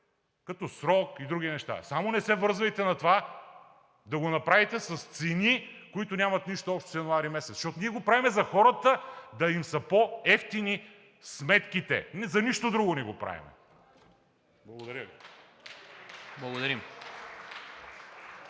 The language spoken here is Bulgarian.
като срок и други неща. Само не се връзвайте на това да го направите с цени, които нямат нищо общо с месец януари. Защото ние го правим за хората – да им са по-евтини сметките. За нищо друго не го правим. Благодаря Ви.